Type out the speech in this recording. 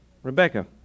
Rebecca